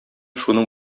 шуның